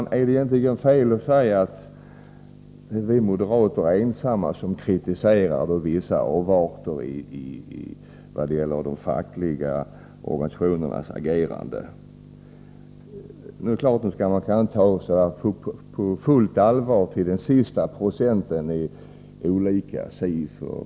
Det är egentligen fel att säga att det är vi moderater som ensamma kritiserar vissa avarter i de fackliga organisationernas agerande, även om det är klart att man inte kan ta olika SIFO-mätningar på fullt allvar till den sista procenten.